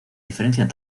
diferencian